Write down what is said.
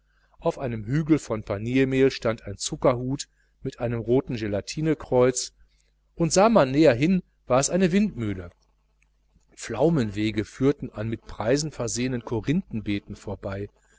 auf einem hügel von paniermehl stand ein zuckerhut mit einem roten gelatinekreuz und sah man näher hin war es eine windmühle pflaumenwege führten an mit preisen versehenen korinthenbeeten vorbei